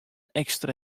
ekstra